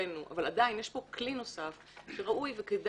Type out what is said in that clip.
כלפינו אבל עדיין יש פה כלי נוסף שראוי וכדאי,